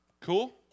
Cool